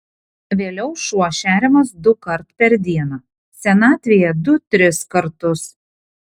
vėliau šuo šeriamas dukart per dieną senatvėje du tris kartus